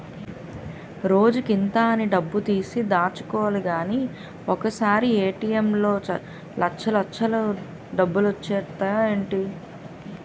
రోజుకింత అని డబ్బుతీసి దాచుకోలిగానీ ఒకసారీ ఏ.టి.ఎం లో లచ్చల్లచ్చలు డబ్బులొచ్చేత్తాయ్ ఏటీ?